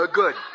good